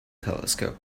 telescope